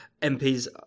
MPs